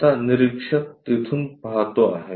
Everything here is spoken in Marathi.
आता निरीक्षक तिथून पाहतो आहे